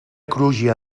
crugia